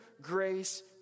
grace